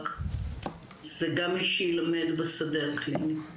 אלא גם מי שילמד בשדה הקליני.